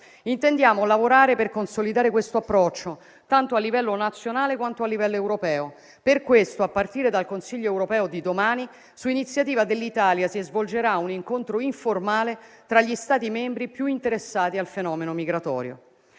Intendiamo lavorare per consolidare questo approccio, tanto a livello nazionale quanto a livello europeo. Per questo, a partire dal Consiglio europeo di domani, su iniziativa dell'Italia si svolgerà un incontro informale tra gli Stati membri più interessati al fenomeno migratorio.